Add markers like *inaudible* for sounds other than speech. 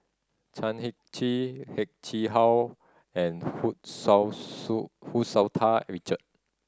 Chan Heng Chee Heng Chee How and Hu Tsu *unintelligible* Hu Tsu Tau Richard